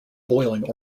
boiling